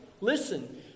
Listen